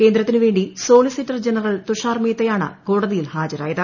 കേന്ദ്രത്തിന് വേണ്ടി solicitor general Tushar മേത്തയാണ് കോടതിയിൽ ഹാജരായത്